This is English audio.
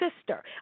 sister